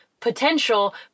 potential